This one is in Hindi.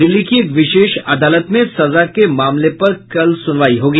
दिल्ली की एक विशेष अदालत में सजा के मामले पर कल सुनवाई होगी